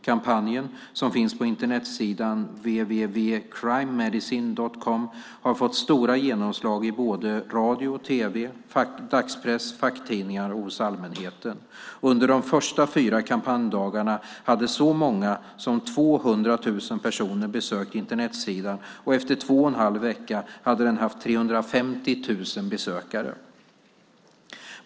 Kampanjen, som finns på Internetsidan www.crimemedicine.com, har fått stort genomslag i radio, tv, dagspress, facktidningar och hos allmänheten. Under de första fyra kampanjdagarna hade så många som 200 000 personer besökt Internetsidan, och efter två och en halv vecka hade den haft 350 000 besökare.